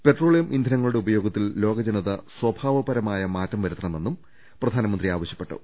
petroleum ഇന്ധനങ്ങളുടെ ഉപയോഗത്തിൽ ലോകജനത സ്വഭാവപരമായ മാറ്റം വരുത്തണമെന്നും പ്രധാനമന്ത്രി ആവശ്യപ്പെട്ടു